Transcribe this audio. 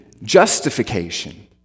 justification